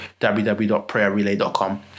www.prayerrelay.com